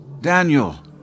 Daniel